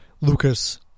Lucas